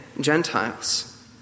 Gentiles